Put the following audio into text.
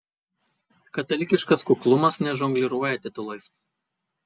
katalikiškas kuklumas nežongliruoja titulais